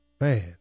Man